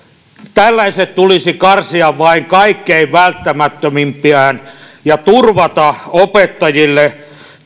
tällaiset tulisi karsia vain kaikkein välttämättömimpään ja turvata opettajille